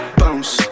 bounce